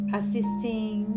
assisting